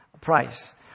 price